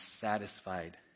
satisfied